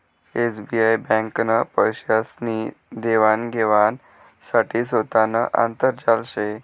SBI ब्यांकनं पैसासनी देवान घेवाण साठे सोतानं आंतरजाल शे